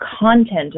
content